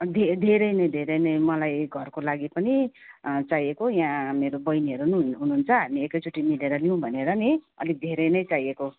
धे धेरै नै धेरै नै मलाई घरको लागि पनि चाहिएको यहाँ मेरो बहिनीहरू पनि हुनुहुन्छ हामी एकै चोटि मिलेर लिउँ भनेर नि अलिक धेरै नै चाहिएको